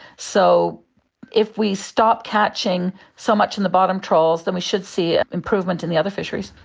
so if we stop catching so much in the bottom trawls, then we should see improvement in the other fisheries.